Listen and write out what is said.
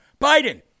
Biden